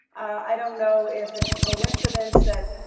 i don't know if it's a coincidence that,